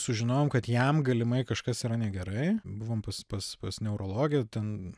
sužinojom kad jam galimai kažkas yra negerai buvom pas pas pas neurologę ten